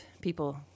people